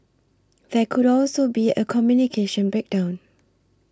there could also be a communication breakdown